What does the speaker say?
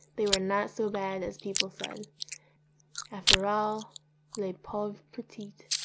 they were not so bad as people said after all les pawores petits,